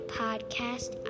podcast